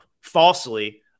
falsely